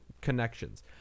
connections